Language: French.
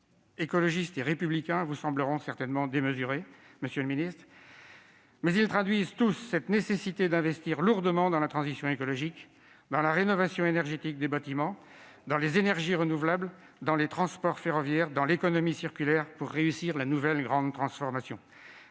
Écologiste et Républicain vous sembleront certainement démesurés, monsieur le ministre, mais tous traduisent cette nécessité d'investir lourdement dans la transition écologique, dans la rénovation énergétique des bâtiments, dans les énergies renouvelables, dans les transports ferroviaires, dans l'économie circulaire, pour réussir la « nouvelle grande transformation